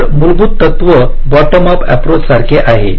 तर मूलभूत तत्त्व बॉत्तोम अप अप्रोच सारखे आहे